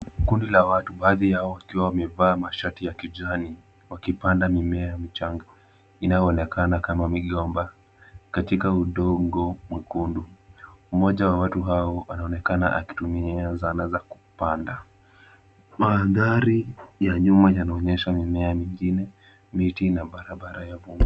Kundi la watu baadhi yao wakiwa wamevaa mashati ya kijani, wakipanda mimea mchanga, inaonekana kama migomba katika udongo, mkundu. Mmoja wa watu hao anaonekana akitumia zana za kupanda. Maandari ya nyuma yanaonyesha mimea mingine, miti na barabara ya bundi.